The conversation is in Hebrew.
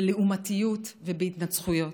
בלעומתיות ובהתנצחויות.